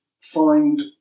find